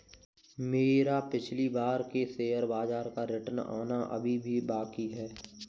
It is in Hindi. मेरा पिछली बार के शेयर बाजार का रिटर्न आना अभी भी बाकी है